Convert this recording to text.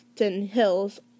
hills